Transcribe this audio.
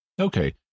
Okay